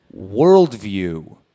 worldview